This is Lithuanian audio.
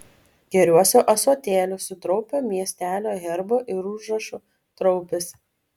gėriuosi ąsotėliu su traupio miestelio herbu ir užrašu traupis